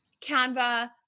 Canva